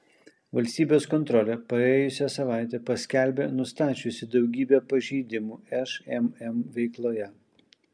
valstybės kontrolė praėjusią savaitę paskelbė nustačiusi daugybę pažeidimų šmm veikloje